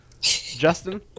Justin